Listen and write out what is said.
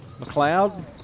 McLeod